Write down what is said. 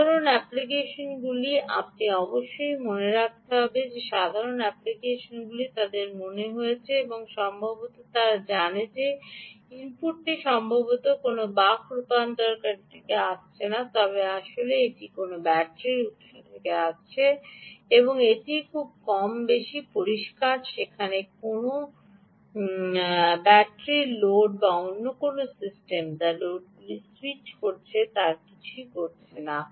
সাধারণ অ্যাপ্লিকেশনগুলি আপনার অবশ্যই মনে রাখতে হবে যে সাধারণ অ্যাপ্লিকেশনগুলি তাদের মনে রয়েছে এবং সম্ভবত তারা জানে যে ইনপুটটি সম্ভবত কোনও বাক রূপান্তরকারী থেকে আসছে না তবে আসলে এটি কোনও ব্যাটারি উত্স থেকে আসছে এবং তাই এটি কম বেশি খুব পরিষ্কার সেখানে কোনও নেই এই ব্যাটারির অন্যান্য লোড হচ্ছে এমন অন্যান্য সিস্টেমে যা লোডগুলি স্যুইচ করছে তারা কিছুই করছে না